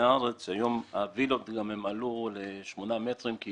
הארץ שהיום הווילות עלו לשמונה מטרים כי